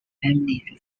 family